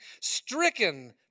stricken